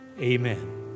amen